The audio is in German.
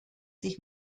sich